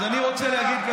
אז אני רוצה להגיד,